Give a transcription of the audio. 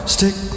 Stick